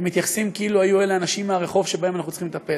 ומתייחסים כאילו היו אלה אנשים מהרחוב שבהם אנחנו צריכים לטפל.